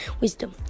wisdom